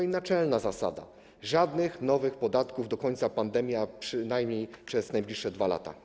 I naczelna zasada: żadnych nowych podatków do końca pandemii, a przynajmniej przez najbliższe 2 lata.